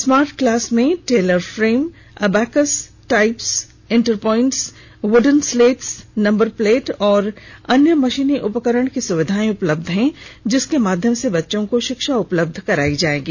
smart class में Taylor frame abacus types interpoint wooden slate number plate व अन्य मशीनी उपकरण की सुविधा उपलब्ध है जिसके माध्यम से बच्चों को शिक्षा उपलब्ध कराई जाएगी